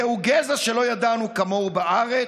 זהו גזע שלא ידענו כמוהו בארץ,